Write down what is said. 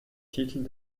titel